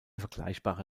vergleichbare